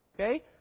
Okay